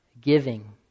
giving